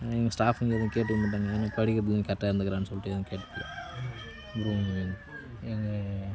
எங்கள் ஸ்டாஃப்பும் எதுவும் கேட்டுக்க மாட்டாங்க படிக்கிறது கரெக்ட்டாக இருந்துக்கிறான்னு சொல்லிகிட்டு எதுவும் கேட்கல எங்கள்